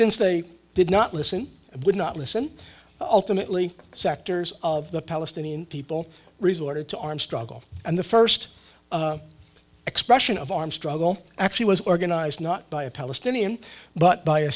since they did not listen would not listen alternately sectors of the palestinian people resorted to armed struggle and the first expression of armed struggle actually was organized not by a palestinian but by a